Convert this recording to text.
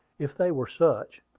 if they were such.